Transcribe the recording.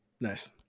Nice